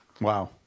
Wow